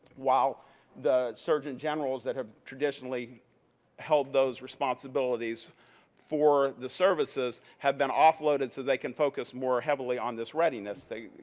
while the surgeon generals that have traditionally held those responsibilities for the services have been offloaded so they can focus more heavily on this readiness you